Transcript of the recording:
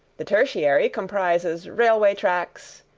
the tertiary comprises railway tracks,